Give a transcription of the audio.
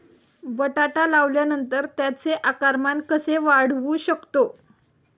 बटाटा लावल्यानंतर त्याचे आकारमान कसे वाढवू शकतो?